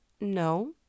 No